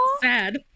sad